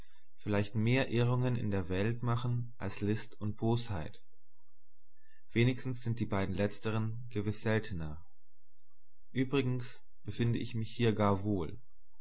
vielleicht mehr irrungen in der welt machen als list und bosheit wenigstens sind die beiden letzteren gewiß seltener übrigens befinde ich mich hier gar wohl